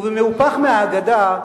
ובמהופך מהאגדה,